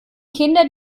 kinder